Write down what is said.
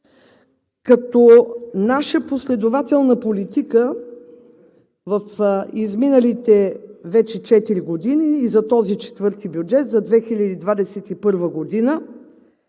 като наша последователна политика в изминалите вече четири години и за този четвърти бюджет за 2021 г.?